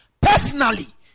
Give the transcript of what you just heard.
personally